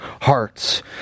hearts